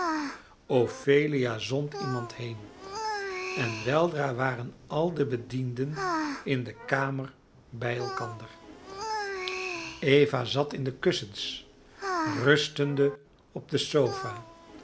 ophelia zond iemand heen en weldra waren al de bedienden in de kamer bij elkander eva zat in de kussens rustende op de sofa